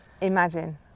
imagine